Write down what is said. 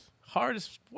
Hardest